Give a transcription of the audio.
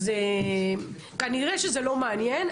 כנראה שזה לא מעניין,